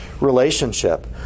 relationship